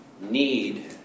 need